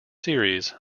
series